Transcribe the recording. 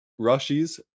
Rushies